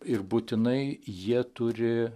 ir būtinai jie turi